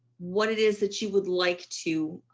what it is that you would like to